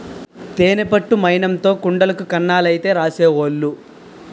తేనె పట్టు మైనంతో కుండలకి కన్నాలైతే రాసేవోలు